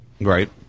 Right